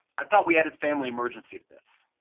i thought we had a family emergency to this.